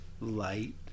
light